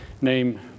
name